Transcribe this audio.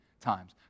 times